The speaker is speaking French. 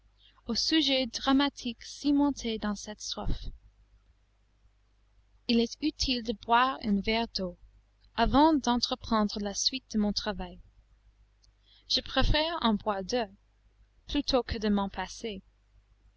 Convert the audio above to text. au sujet dramatique cimenté dans cette strophe il est utile de boire un verre d'eau avant d'entreprendre la suite de mon travail je préfère en boire deux plutôt que de m'en passer